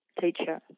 teacher